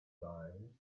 dies